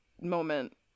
moment